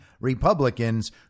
Republicans